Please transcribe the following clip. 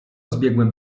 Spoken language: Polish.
zbiegłem